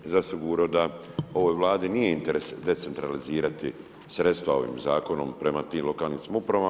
Zasigurno da ovoj Vladi nije interes decentralizirati sredstva ovim Zakonom prema tim lokalnim samoupravama.